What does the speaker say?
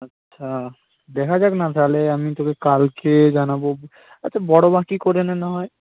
আচ্ছা দেখা যাক না তাহলে আমি তোকে কালকে জানাবো আচ্ছা বড়ো বাঁকই করে নে নাহয়